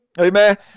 Amen